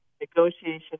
negotiation